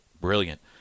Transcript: brilliant